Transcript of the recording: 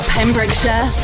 Pembrokeshire